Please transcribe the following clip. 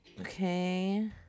okay